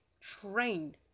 train